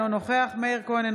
אינו נוכח מאיר כהן,